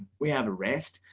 we have a rest.